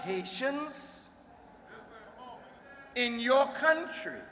haitians in your country